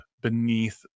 beneath